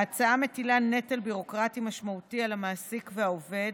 ההצעה מטילה נטל ביורוקרטי משמעותי על המעסיק והעובד,